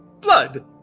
blood